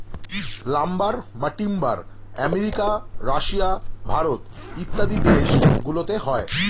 lumber বা timber America, Russia, Bharat ইত্যাদি দেশ গুলোতে হয়